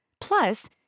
Plus